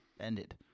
ended